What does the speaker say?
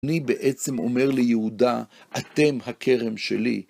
אני בעצם אומר ליהודה, אתם הכרם שלי.